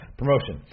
promotion